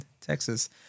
Texas